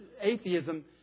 atheism